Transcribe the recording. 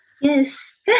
yes